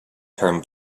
term